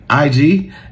IG